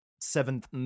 seventh